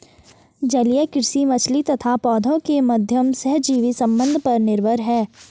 जलीय कृषि मछली तथा पौधों के माध्यम सहजीवी संबंध पर निर्भर है